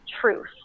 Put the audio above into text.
truth